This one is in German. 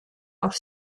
auf